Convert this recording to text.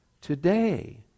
today